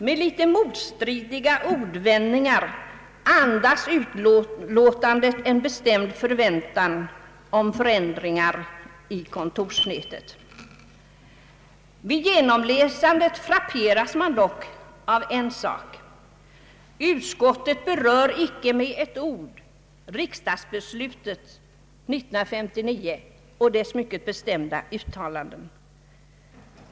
Med litet motstridiga ordvändningar andas utlåtandet en bestämd förväntan om ändringar i kontorsnätet. Vid genomläsningen frapperas man dock av en sak: utskottet berör icke med ett ord riksdagsbeslutet år 1959 och dess mycket bestämda uttalanden.